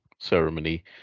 ceremony